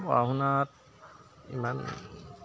পঢ়া শুনাত ইমান